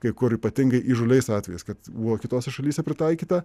kai kur ypatingai įžūliais atvejais kad buvo kitose šalyse pritaikyta